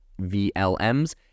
vlms